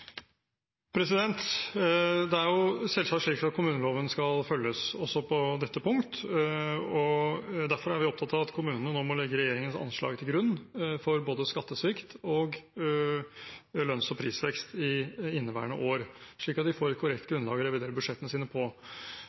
Det er selvsagt slik at kommuneloven skal følges, også på dette punkt. Derfor er vi opptatt av at kommunene nå må legge regjeringens anslag til grunn for både skattesvikt og lønns- og prisvekst i inneværende år, slik at de får et korrekt grunnlag å revidere budsjettene sine på.